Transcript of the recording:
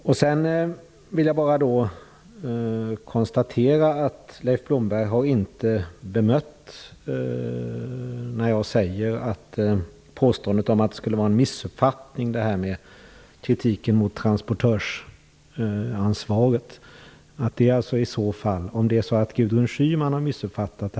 Jag kan bara konstatera att Leif Blomberg inte bemött påståendet om att det i fråga om kritiken av transportörsansvaret skulle vara en missuppfattning.